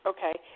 Okay